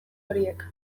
horiek